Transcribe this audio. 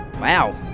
Wow